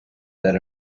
that